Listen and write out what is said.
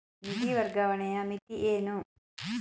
ನಿಧಿ ವರ್ಗಾವಣೆಯ ಮಿತಿ ಏನು?